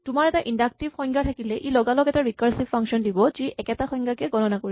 তোমাৰ এটা ইন্ডাকটিভ সংজ্ঞা থাকিলে ই লগালগ এটা ৰিকাৰছিভ ফাংচন দিব যি একেটা সংজ্ঞাকে গণনা কৰিব